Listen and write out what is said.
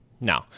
No